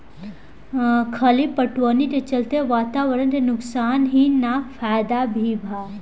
खली पटवनी के चलते वातावरण के नुकसान ही ना फायदा भी बा